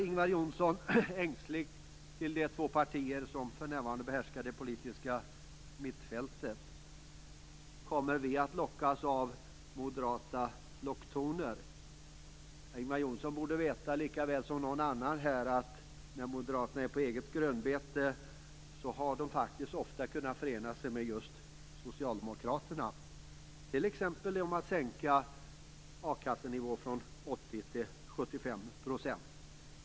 Ingvar Johnsson frågar ängsligt de två partier som för närvarande behärskar det politiska mittfältet om de kommer att lockas av moderata locktoner. Ingvar Johnsson borde veta, lika väl som någon annan här, att moderaterna, när de är på eget grönbete, ofta har kunnat förena sig med just socialdemokraterna, t.ex. 75 %.